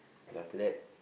then after that